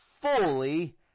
fully